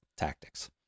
tactics